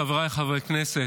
חבריי חברי הכנסת,